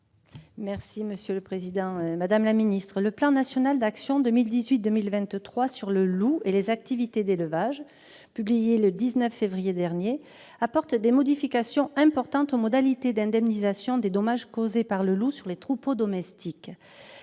de l'alimentation. Madame la ministre, le plan national d'actions 2018-2023 sur le loup et les activités d'élevage, publié le 19 février dernier, apporte des modifications importantes aux modalités d'indemnisation des dommages causés par le loup sur les troupeaux domestiques.